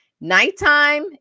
Nighttime